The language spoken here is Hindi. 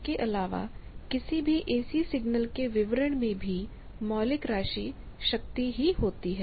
इसके अलावा किसी भी एसी सिग्नल के विवरण में भी मौलिक राशि शक्ति ही होती है